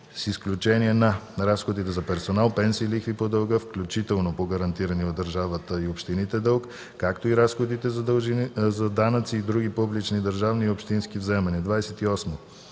с изключение на: разходите за персонал, пенсии, лихви по дълга (включително по гарантирания от държавата и общините дълг), както и разходите за данъци и други публични държавни и общински вземания.